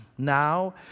Now